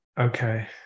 Okay